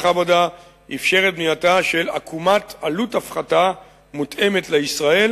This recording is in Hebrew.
העבודה אפשר את בנייתה של עקומת עלות הפחתה המותאמת לישראל